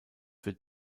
wird